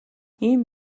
ийм